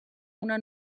una